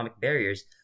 barriers